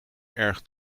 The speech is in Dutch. erg